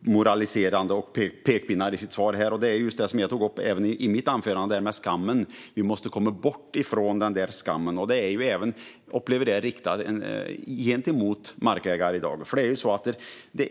moraliserande och pekpinnar i sitt svar här. Det jag tog upp i mitt anförande var även det här med skammen. Vi måste komma bort från skammen, även den som riktas mot markägare i dag.